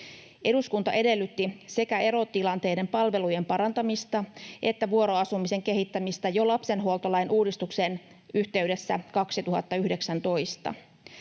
Eduskunta edellytti sekä erotilanteiden palvelujen parantamista että vuoroasumisen kehittämistä jo lapsenhuoltolain uudistuksen yhteydessä 2019.